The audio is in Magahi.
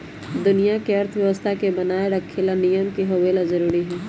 दुनिया के अर्थव्यवस्था के बनाये रखे ला नियम के होवे ला जरूरी हई